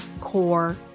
core